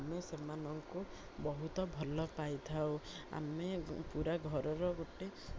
ଆମେ ସେମାନଙ୍କୁ ବହୁତ ଭଲ ପାଇଥାଉ ଆମେ ପୁରା ଘରର ଗୋଟେ